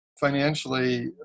financially